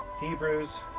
Hebrews